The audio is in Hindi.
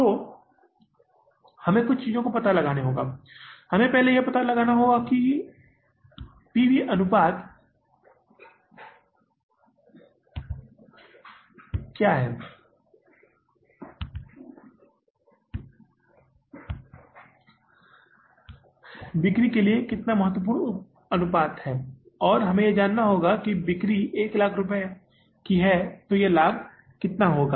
तो अब हमें कुछ चीजों का पता लगाना होगा पहले हमें यहां पता लगाना होगा कि अनुपात अनुपात पी वी अनुपात सबसे पहले हमें यह पता लगाना होगा कि हमें बिक्री के लिए महत्वपूर्ण बिंदु का पता लगाना है और तब हमें लाभ के लिए जाना होगा जब बिक्री 100000 रुपये की हो तो कितना लाभ होगा